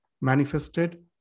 manifested